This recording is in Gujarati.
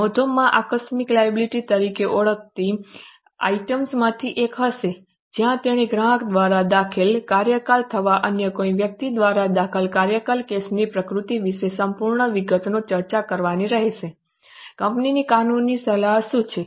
નોંધોમાં આકસ્મિક લાયબિલિટી તરીકે ઓળખાતી આઇટમ્સમાંથી એક હશે જ્યાં તેણે ગ્રાહક દ્વારા દાખલ કરાયેલા અથવા અન્ય કોઈ વ્યક્તિ દ્વારા દાખલ કરાયેલા કેસની પ્રકૃતિ વિશે સંપૂર્ણ વિગતોની ચર્ચા કરવાની રહેશે કંપનીને કાનૂની સલાહ શું છે